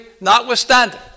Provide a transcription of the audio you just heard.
notwithstanding